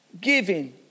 giving